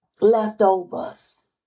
leftovers